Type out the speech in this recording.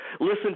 Listen